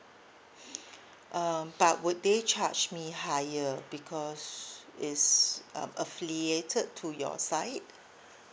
um but would they charge me higher because it's aff~ affiliated to your side